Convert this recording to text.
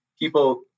people